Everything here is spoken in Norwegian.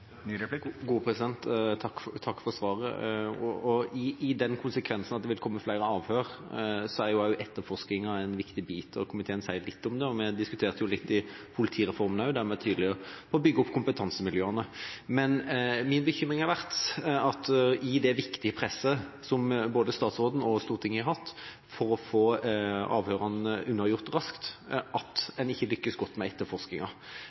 Takk for svaret. Ved den konsekvensen at det vil komme flere avhør, er også etterforskninga en viktig bit. Komiteen sier litt om det, og vi diskuterte det også litt i forbindelse med politireformen, der vi var tydelige på at vi ville bygge opp kompetansemiljøene. Men min bekymring har vært at en i det viktige presset fra både statsråden og Stortinget for å få avhørene unnagjort raskt, ikke har lyktes godt med